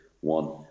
one